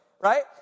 right